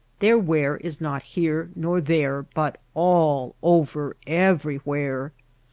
their wear is not here nor there but all over, everywhere.